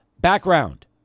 background